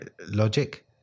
logic